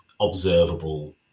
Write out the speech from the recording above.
observable